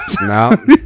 No